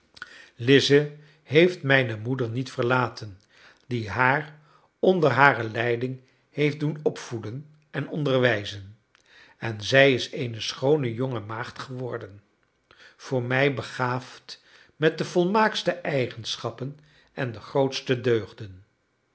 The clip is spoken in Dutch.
lize heeft mijne moeder niet verlaten die haar onder hare leiding heeft doen opvoeden en onderwijzen en zij is eene schoone jonge maagd geworden voor mij begaafd met de volmaaktste eigenschappen en de grootste deugden